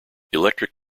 electric